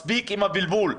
מספיק עם הבלבול.